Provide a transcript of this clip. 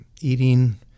eating